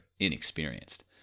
inexperienced